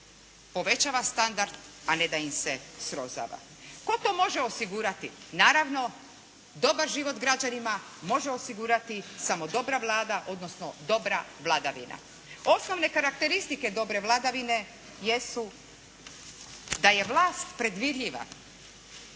povećava standard a ne da im se srozava. Tko to može osigurati? Naravno dobar život građanima može osigurati samo dobra Vlada, odnosno dobra vladavina. Osnovne karakteristike dobre vladavine jesu da je vlast predvidljiva,